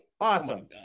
awesome